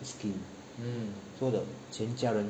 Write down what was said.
skin so the 全家人